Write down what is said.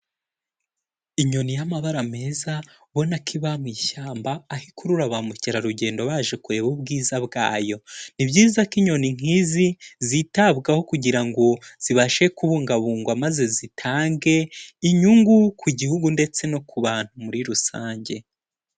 Inyoni y'amabara meza ubona ko iba mu ishyamba, aho ikurura ba mukerarugendo baje kureba ubwiza bwayo, ni byiza ko inyoni nk'izi zitabwaho kugira ngo zibashe kubungabungwa maze zitange inyungu ku gihugu ndetse no ku bantu muri rusange.